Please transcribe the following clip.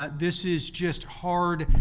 this is just hard,